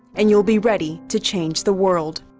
and you'll be ready to change the world.